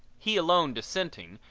he alone dissenting,